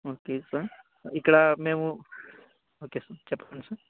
okay sir ఇక్కడ మేము okay sir చెప్పండి సార్